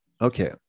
Okay